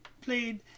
played